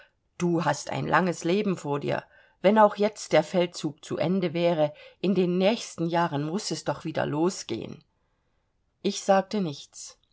du hast ein langes leben vor dir wenn auch jetzt der feldzug zu ende wäre in den nächsten jahren muß es doch wieder losgehen ich sagte nichts